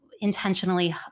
intentionally